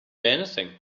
anything